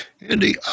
Andy